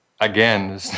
Again